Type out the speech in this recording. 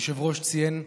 היושב-ראש ציין הכול,